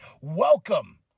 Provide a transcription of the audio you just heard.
welcome